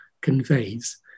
conveys